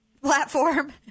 Platform